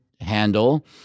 handle